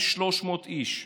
נהרגים בישראל 300 איש.